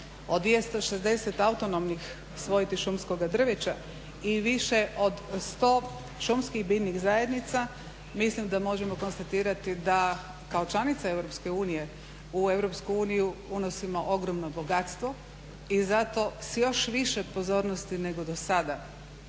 o 260 autonomnih svojti šumskoga drveća i više od 100 šumskih biljnih zajednica mislim da možemo konstatirati da kao članica EU u EU unosimo ogromno bogatstvo. I zato s još više pozornosti nego do sada